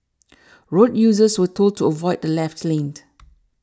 road users were told to avoid the left late